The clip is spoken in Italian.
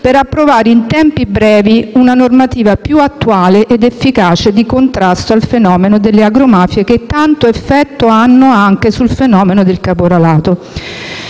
per approvare in tempi brevi una normativa più attuale ed efficace di contrasto al fenomeno delle agromafie, che tanto effetto hanno anche sul fenomeno del caporalato.